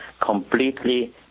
completely